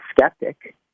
skeptic